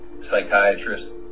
psychiatrist